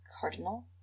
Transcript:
Cardinal